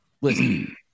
Listen